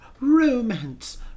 romance